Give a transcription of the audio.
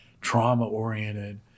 trauma-oriented